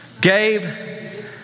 Gabe